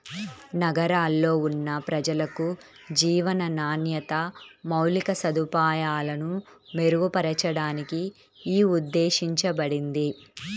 నగరాల్లో ఉన్న ప్రజలకు జీవన నాణ్యత, మౌలిక సదుపాయాలను మెరుగుపరచడానికి యీ ఉద్దేశించబడింది